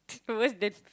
always that